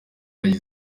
zahise